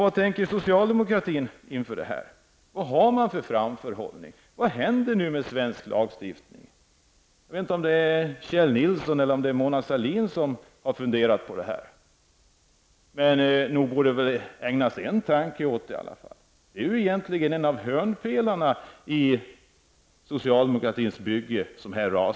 Vad har socialdemokratin för åsikt om detta? Vad har man för framförhållning? Vad händer med svensk lagstiftning. Jag vet inte om det är Kjell Nilsson eller Mona Sahlin som har funderat över detta, men nog borde man väl ägna en tanke åt det. En av hörnpelarna i socialdemokratins bygge rasar nu.